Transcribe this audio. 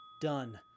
Done